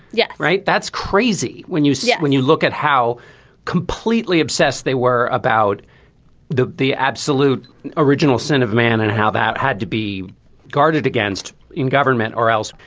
yeah right. that's crazy when you see it when you look at how completely obsessed they were about the the absolute original sin of man and how that had to be guarded against in government or else.